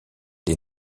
les